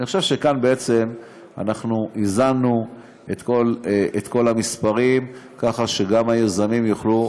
אני חושב שכאן בעצם אנחנו איזנו את כל המספרים ככה שגם היזמים יוכלו,